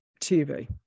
TV